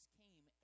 came